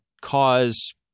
cause